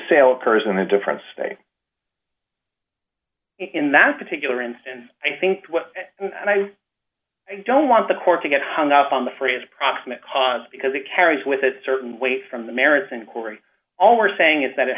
sale occurs in a different stay in that particular instance i think and i don't want the court to get hung up on the phrase proximate cause because it carries with it certain weight from the merits inquiry all we're saying is that it